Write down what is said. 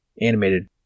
animated